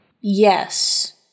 Yes